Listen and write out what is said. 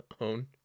own